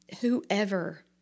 whoever